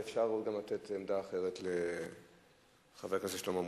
ואפשר גם לתת עמדה אחרת לחבר הכנסת שלמה מולה.